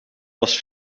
was